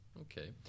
Okay